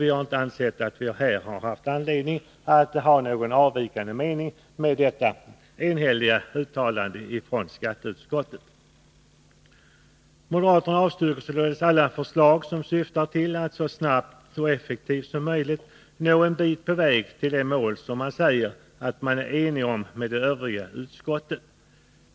Vi har inte ansett att vi har haft anledning att ha någon avvikande mening gentemot detta enhälliga uttalande från skatteutskottet. De moderata ledamöterna avstyrker således alla förslag som syftar till att så snabbt och effektivt som möjligt nå en bit på väg mot det mål som de säger att de är eniga med övriga utskottsledamöter om.